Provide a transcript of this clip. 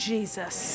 Jesus